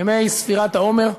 ימי ספירת העומר,